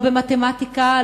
לא במתמטיקה,